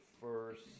first